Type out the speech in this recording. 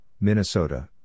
Minnesota